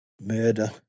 murder